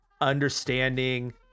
understanding